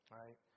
right